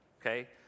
okay